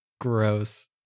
gross